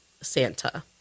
Santa